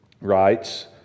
writes